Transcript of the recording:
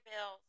bills